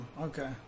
Okay